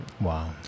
Wow